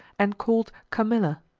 and call'd camilla.